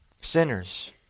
sinners